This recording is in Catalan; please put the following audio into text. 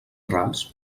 rals